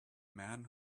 man